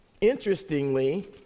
Interestingly